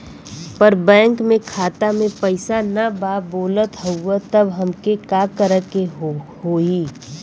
पर बैंक मे खाता मे पयीसा ना बा बोलत हउँव तब हमके का करे के होहीं?